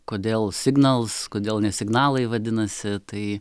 kodėl signals kodėl ne signalai vadinasi tai